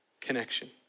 Connection